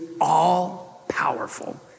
all-powerful